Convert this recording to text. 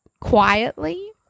quietly